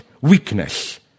weakness